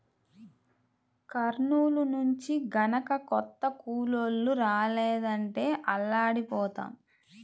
కర్నూలు నుంచి గనక కొత్త కూలోళ్ళు రాలేదంటే అల్లాడిపోతాం